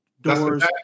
doors